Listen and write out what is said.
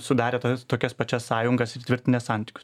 sudarę tokias pačias sąjungas ir įtvirtinę santykius